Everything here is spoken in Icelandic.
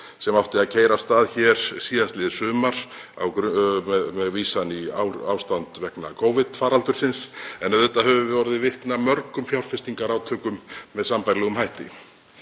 sem átti að keyra af stað hér síðastliðið sumar með vísan í ástand vegna Covid-faraldursins, en auðvitað höfum við orðið vitni að mörgum fjárfestingarátökum með sambærilegum hætti.